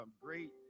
great